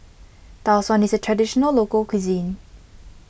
Tau Suan is a Traditional Local Cuisine